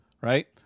right